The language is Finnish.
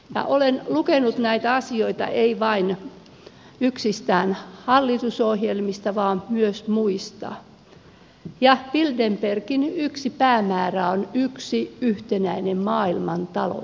ja olen lukenut näitä asioita en vain yksistään hallitusohjelmista vaan myös muista ja bilderbergin yksi päämäärä on yksi yhtenäinen maailmantalous